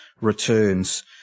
returns